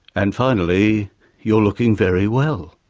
and finally you're looking very well.